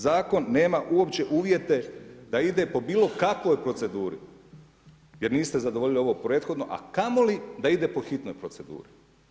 Zakon nema uopće uvijete da ide po bilo kakvoj proceduri, jer niste zadovoljili ovo prethodno a kamo li da ide po hitnoj proceduri.